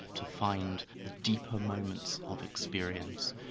to find the deeper moments of experience,